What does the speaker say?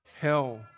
hell